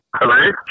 Hello